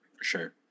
sure